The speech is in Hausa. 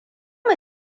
mu